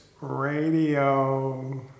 Radio